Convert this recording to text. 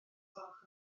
gwelwch